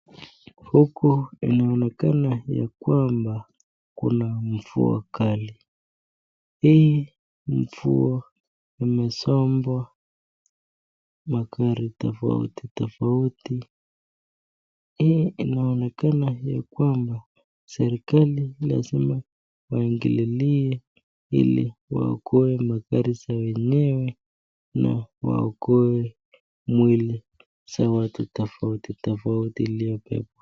Huku inaonekana ni kwamba kuna mvua kali. Hii mvua imesombwa magari tofauti tofauti. Hii inaonekana ni kwamba serikali lazima waingililie ili waokoe magari za wenyewe na kuokoa mwili za watu tofauti tofauti iliyobebwa.